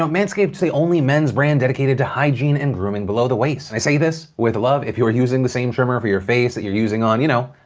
um manscaped is the only men's brand dedicated to hygiene and grooming below the waist. i say this with love. if you're using the same trimmer for your face, that you're using on, you know,